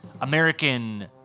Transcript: American